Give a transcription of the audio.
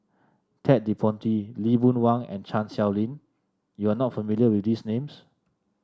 Ted De Ponti Lee Boon Wang and Chan Sow Lin you are not familiar with these names